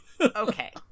Okay